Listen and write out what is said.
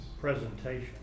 presentation